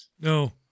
No